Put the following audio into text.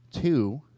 Two